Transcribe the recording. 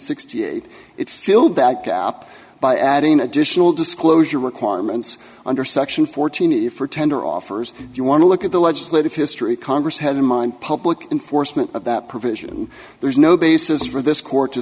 sixty eight it filled back up by adding additional disclosure requirements under section fourteen if for tender offers you want to look at the legislative history congress had in mind public in foresman of that provision there's no basis for this court